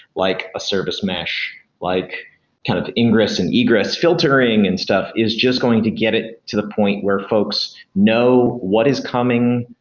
like a service mesh, like kind of ingress and egress filtering and stuff, is just going to get it to the point where folks know what is coming,